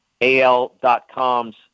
AL.com's